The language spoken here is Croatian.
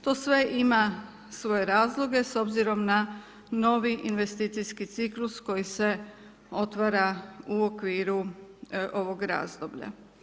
To sve ima svoje razloge s obzirom na novi investicijski ciklus koji se otvara u okviru ovog razdoblja.